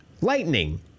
Lightning